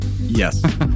Yes